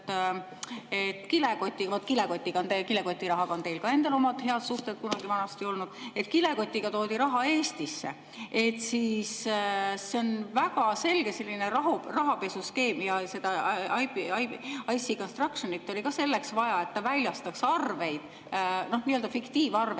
olnud –, toodi raha Eestisse, siis see on väga selge selline rahapesuskeem ja seda IC Constructionit oli ka selleks vaja, et ta väljastaks arveid, nii-öelda fiktiivarveid.